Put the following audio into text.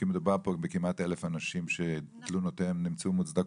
כי מדובר פה בכמעט 1,000 אנשים שתלונותיהם נמצאו מוצדקות.